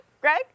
Greg